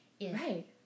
Right